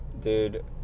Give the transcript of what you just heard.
dude